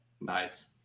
Nice